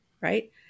right